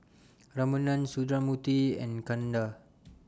Ramanand Sundramoorthy and Chanda